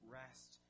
rest